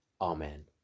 Amen